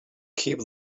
keep